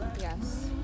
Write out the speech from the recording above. Yes